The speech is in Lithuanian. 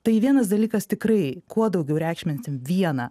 tai vienas dalykas tikrai kuo daugiau reikšminsim vieną